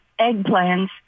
eggplants